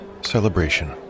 celebration